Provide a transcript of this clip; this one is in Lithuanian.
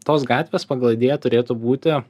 tos gatvės pagal idėją turėtų būti